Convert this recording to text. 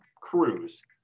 cruise